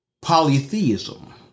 polytheism